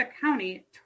County